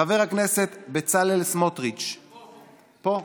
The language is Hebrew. חבר הכנסת בצלאל סמוטריץ' פה.